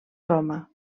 roma